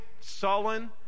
sullen